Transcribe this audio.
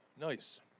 Nice